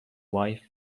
wife